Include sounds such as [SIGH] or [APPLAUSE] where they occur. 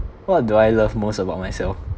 what do I love most about myself [BREATH]